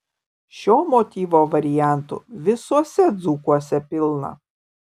šio motyvo variantų visuose dzūkuose pilna